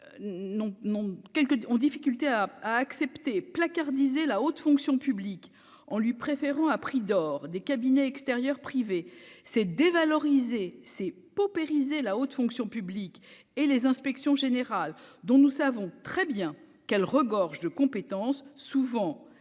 on difficulté à à accepter placardisé la haute fonction publique en lui préférant à prix d'or des cabinets extérieurs privés c'est dévaloriser s'est paupérisé la haute fonction publique et les inspections générales, dont nous savons très bien qu'elle regorge de compétences souvent